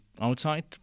outside